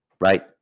Right